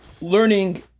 learning